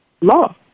law